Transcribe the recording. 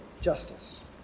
justice